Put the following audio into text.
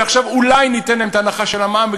ועכשיו אולי ניתן להם את ההנחה של המע"מ,